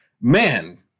Man